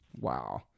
Wow